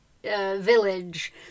village